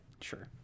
Sure